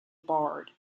barred